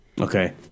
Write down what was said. Okay